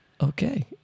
okay